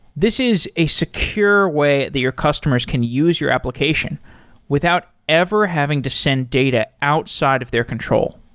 this is a secure way the your customers can use your application without ever having to send data outside of their control.